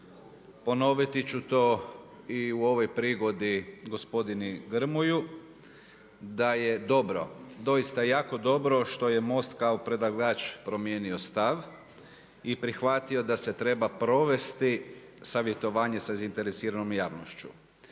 ponoviti ću tu i u ovoj prigodi gospodinu Grmoji da je dobro, doista jako dobro što je MOST kao predlagač promijenio stav i prihvatio da se treba provesti savjetovanje sa zainteresiranom javnošću.